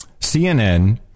CNN